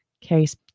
case